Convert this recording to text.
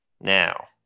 now